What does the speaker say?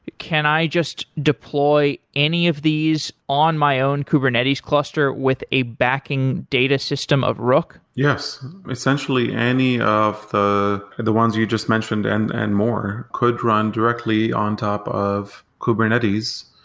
can i just deploy any of these on my own kubernetes cluster with a backing data system of rook? yes. essentially any of the the ones you just mentioned and and more could run directly on top of kubernetes.